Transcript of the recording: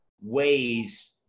ways